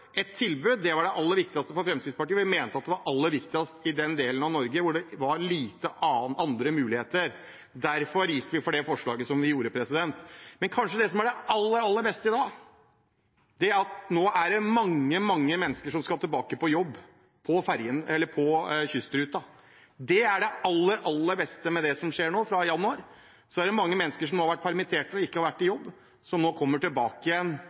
et tilbud. Det var det aller viktigste for Fremskrittspartiet, og vi mente at det var aller viktigst i den delen av Norge hvor det var få andre muligheter. Derfor gikk vi inn for det forslaget som vi gjorde. Men det som kanskje er det aller, aller beste i dag, er at nå er det mange, mange mennesker som skal tilbake på jobb på kystruta. Det er det aller, aller beste med det som skjer nå: Fra januar er det mange mennesker som nå har vært permittert og ikke i jobb, som kommer tilbake igjen.